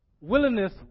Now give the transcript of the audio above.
willingness